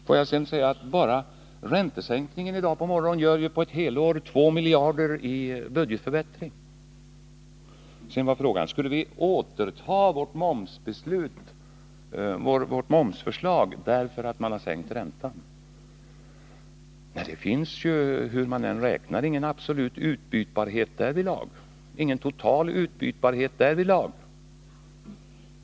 Låt mig också säga: Enbart räntesänkningen i dag på morgonen gör på ett helt år 2 miljarder i budgetförbättring. Sedan gällde det om vi skulle återta vårt momsförslag därför att räntan sänkts. Men det finns ju — hur man än räknar — ingen absolut och total utbytbarhet härvidlag.